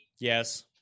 Yes